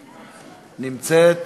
נמצאת.